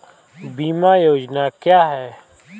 बीमा योजना क्या है?